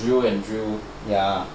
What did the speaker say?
drill and drill